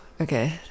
Okay